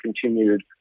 continued